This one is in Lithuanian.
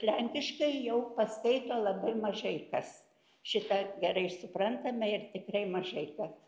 lenkiškai jau paskaito labai mažai kas šitą gerai suprantame ir tikrai mažai kas